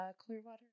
Clearwater